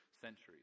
centuries